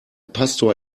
pastor